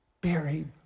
buried